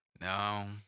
No